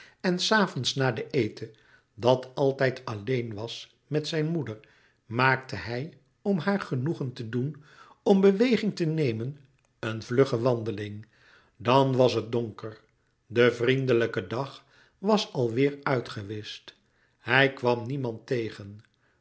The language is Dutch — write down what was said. en s avonds na den eten dat altijd alleen was met zijn moeder maakte hij om haar genoegen te doen om beweging te nemen een vlugge wandeling dan was het donker de vriendelijke dag was al weêr uitgewischt hij kwam niemand tegen